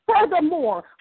Furthermore